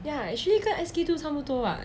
ya actually 跟 SK-II 差不多 [what]